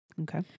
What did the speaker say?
Okay